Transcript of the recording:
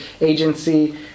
agency